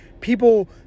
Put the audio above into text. people